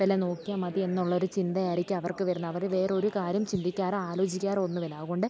എല്ലാം നോക്കിയാൽ മതി എന്നുള്ളൊരു ചിന്ത ആയിരിക്കും അവർക്കു വരുന്ന അവർ വേറൊരു കാര്യവും ചിന്തിക്കാറോ ആലോചിക്കാറോ ഒന്നുമില്ല അതു കൊണ്ട്